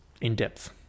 in-depth